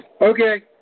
Okay